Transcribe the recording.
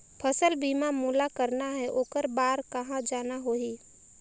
फसल बीमा मोला करना हे ओकर बार कहा जाना होही?